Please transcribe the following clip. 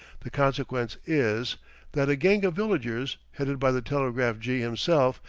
the consequence is that a gang of villagers, headed by the telegraph-jee himself,